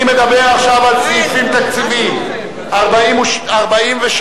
אני מדבר עכשיו על סעיפים תקציביים, 43,